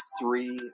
three